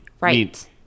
Right